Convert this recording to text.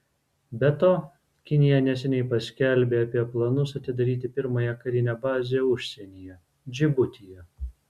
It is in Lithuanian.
be to kinija neseniai paskelbė apie planus atidaryti pirmąją karinę bazę užsienyje džibutyje